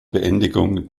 beendigung